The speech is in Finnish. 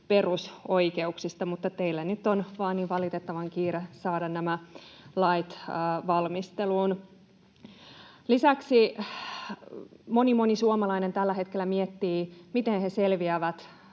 perusoikeuksista, mutta teillä nyt vaan on niin valitettavan kiire saada nämä lait valmisteluun. Lisäksi moni, moni suomalainen tällä hetkellä miettii, miten he selviävät